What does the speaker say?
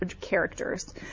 characters